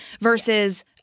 versus